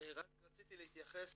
.רק רציתי להתייחס